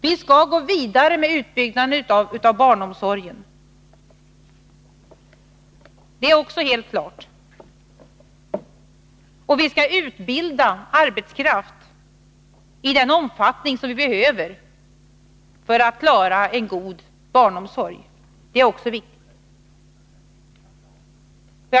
Vi skall gå vidare med utbyggnaden av barnomsorgen — det är också helt klart. Vi skall utbilda arbetskraft i den omfattning som behövs för att vi skall klara en god barnomsorg — det är också viktigt.